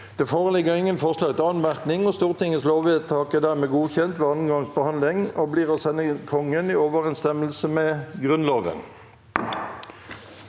Det foreligger ingen forslag til anmerkning. Stortingets lovvedtak er dermed godkjent ved andre gangs behandling og blir å sende Kongen i overensstemmelse med Grunnloven.